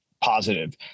positive